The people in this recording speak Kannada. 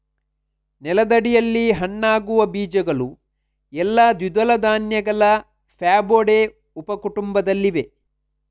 ನೆಲದಡಿಯಲ್ಲಿ ಹಣ್ಣಾಗುವ ಬೀಜಗಳು ಎಲ್ಲಾ ದ್ವಿದಳ ಧಾನ್ಯಗಳ ಫ್ಯಾಬೊಡೆ ಉಪ ಕುಟುಂಬದಲ್ಲಿವೆ